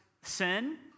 sin